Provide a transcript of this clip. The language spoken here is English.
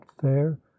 fair